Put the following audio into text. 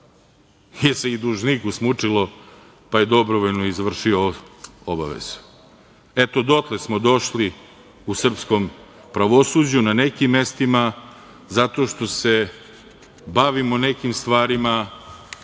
se i dužniku smučilo, pa je dobrovoljno izvršio obavezu. Eto, dotle smo došli u srpskom pravosuđu na nekim mestima zato što se bavimo nekim stvarima